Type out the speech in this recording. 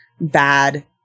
bad